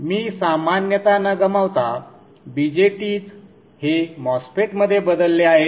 मी सामान्यता न गमावता BJTs हे MOSFET मध्ये बदलले आहेत